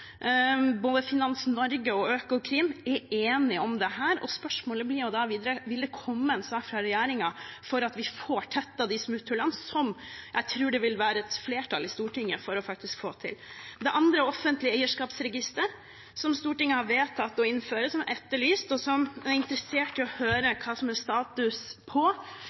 Både Finans Norge og Økokrim er enige om dette. Spørsmålet blir da videre: Vil det komme en sak fra regjeringen for at vi kan få tettet de smutthullene som jeg tror det vil være et flertall i Stortinget for å få til? Det andre er et offentlig eierskapsregister, som Stortinget har vedtatt å innføre, som er etterlyst, og som jeg er interessert i å høre status for, og selvfølgelig videre detaljer om hva